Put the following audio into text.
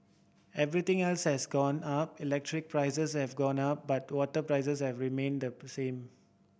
everything else has gone up electricity prices have gone up but the water prices have remained the per same